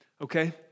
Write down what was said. Okay